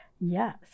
Yes